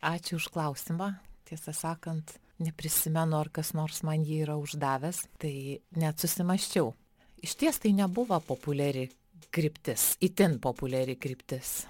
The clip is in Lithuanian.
ačiū už klausimą tiesą sakant neprisimenu ar kas nors man jį yra uždavęs tai net susimąsčiau išties tai nebuvo populiari kryptis itin populiari kryptis